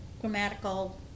grammatical